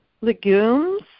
legumes